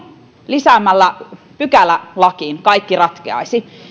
lisäämällä pykälä lakiin kaikki ratkeaisi